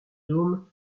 dôme